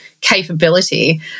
capability